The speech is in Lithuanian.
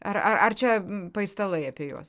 ar ar ar čia paistalai apie juos